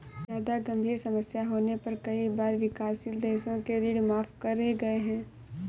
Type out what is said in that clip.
जादा गंभीर समस्या होने पर कई बार विकासशील देशों के ऋण माफ करे गए हैं